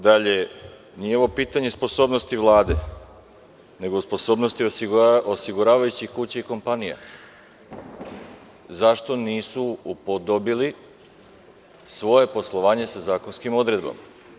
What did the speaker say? Dalje, nije ovo pitanje nesposobnosti Vlade nego nesposobnosti osiguravajućih kuća i kompanija, zašto nisu upodobili svoje poslovanje sa zakonskim odredbama.